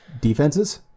Defenses